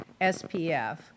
SPF